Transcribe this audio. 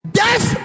death